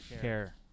care